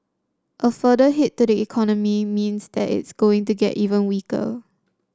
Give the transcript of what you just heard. a further hit to the economy means that it's going to get even weaker